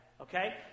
Okay